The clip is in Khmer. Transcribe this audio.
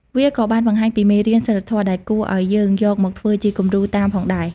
វាក៏បានបង្ហាញពីមេរៀនសីលធម៌ដែលគួរឲ្យយើងយកមកធ្វើជាគំរូតាមផងដែរ។